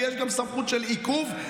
ויש גם סמכות עיכוב,